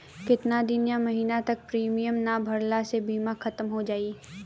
केतना दिन या महीना तक प्रीमियम ना भरला से बीमा ख़तम हो जायी?